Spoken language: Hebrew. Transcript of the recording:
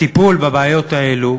הטיפול בבעיות האלו